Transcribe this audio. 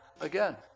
again